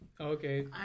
okay